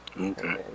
Okay